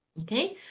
Okay